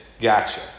gotcha